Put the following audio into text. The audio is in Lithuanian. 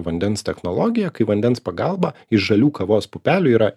vandens technologija kai vandens pagalba iš žalių kavos pupelių yra